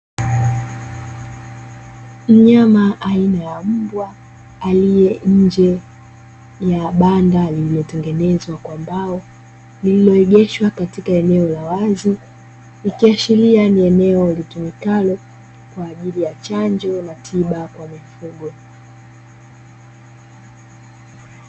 Mnyama aina ya mbwa aliye nje ya banda lililotengenezwa kwa mbao, lililoegeshwa katika eneo la wazi ikiashiria ni eneo litumikalo kwa ajili ya chanjo na tiba kwa mifugo.